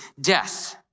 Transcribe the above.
death